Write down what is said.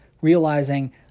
realizing